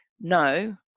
no